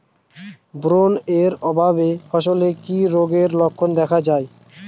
Boron এর অভাবে ফসলে কি রোগের লক্ষণ দেখা যায়?